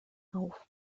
auf